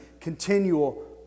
continual